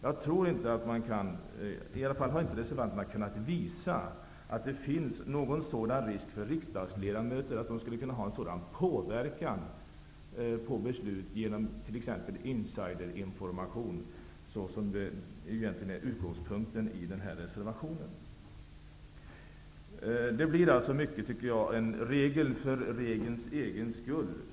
Reservanterna har inte kunnat visa att risken finns att riksdagsledamöterna skulle kunna utöva nämnda påverkan på beslut, t.ex. genom insiderinformation. Det är ju den egentliga utgångspunkten för det som sägs i den aktuella reservationen. Jag tycker alltså att det handlar om att införa en regel för regelns egen skull.